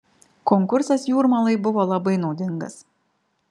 konkursas jūrmalai buvo labai naudingas